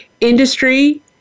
industry